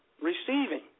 Receiving